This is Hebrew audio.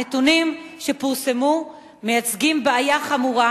הנתונים שפורסמו מייצגים בעיה חמורה,